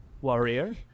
Warrior